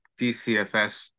DCFS